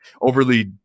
overly